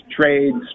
trades